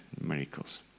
miracles